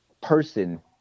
person